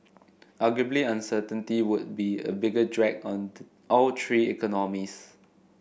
marguably uncertainty would be a bigger drag on all three economies